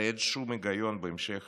הרי אין שום היגיון בהמשך